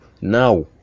now